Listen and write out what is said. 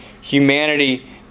humanity